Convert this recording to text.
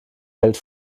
hält